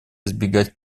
избегать